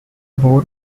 board